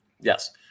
yes